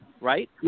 right